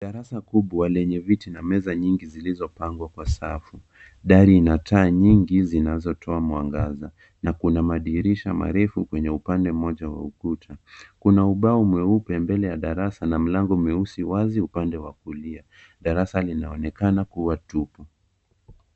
Darasa kubwa lenye viti na meza nyingi zilizopangwa kwa safu. Dari ina taa nyingi zinatoa mwanagaza na kuna madirisha marefu kwenye upande mmoja wa ukuta. Kuna ubao mweupe mbele ya darasa na mlango mweusi wazi upande wa kulia. Darasa linaonekana kuwa tupu.